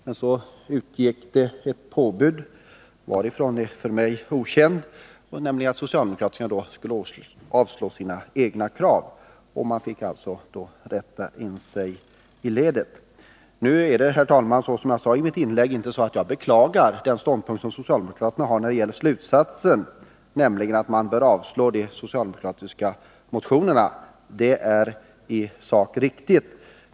Men så utgick ett påbud — varifrån är för mig okänt — att socialdemokraterna skulle avstyrka sina egna krav. Man fick då rätta in sig i ledet. Jag beklagar inte, herr talman, den ståndpunkt som socialdemokraterna intar när det gäller slutsatsen, nämligen att riksdagen bör avslå de socialdemokratiska motionerna. Det är i sak riktigt.